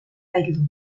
zaildu